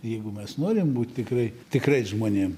jeigu mes norim būt tikrai tikrais žmonėm